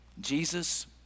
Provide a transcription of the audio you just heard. jesus